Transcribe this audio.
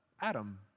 Adam